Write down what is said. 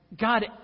God